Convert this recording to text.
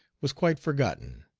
was quite forgotten.